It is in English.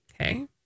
Okay